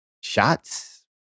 shots